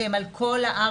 שהם על כל הארץ,